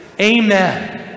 Amen